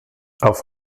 auf